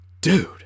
dude